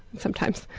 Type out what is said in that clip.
sometimes.